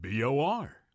BOR